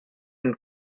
and